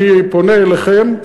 אני פונה אליכם,